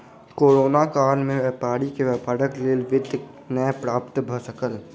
corona काल में व्यापारी के व्यापारक लेल वित्त नै प्राप्त भ सकल